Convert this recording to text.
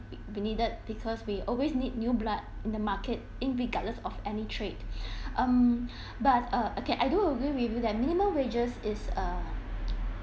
we we needed because we always need new blood in the market irregardless of any trade um but uh okay I do agree with you that minimum wages is err